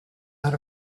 out